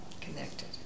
connected